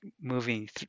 moving